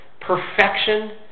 Perfection